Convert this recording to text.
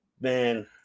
Man